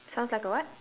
sounds like a what